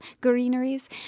greeneries